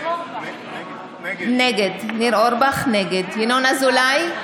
נגד ינון אזולאי,